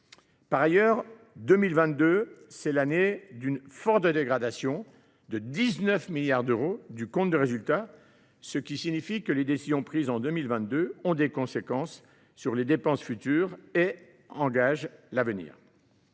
Par ailleurs, l’année 2022 enregistre une forte dégradation, de 19 milliards d’euros, du compte de résultat, ce qui signifie que les décisions prises en 2022 ont des conséquences sur les dépenses futures et engagent l’avenir.